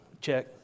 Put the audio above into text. Check